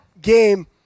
game